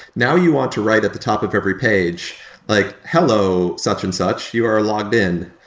now you want to write at the top of every page like, hello such and such. you are logged in.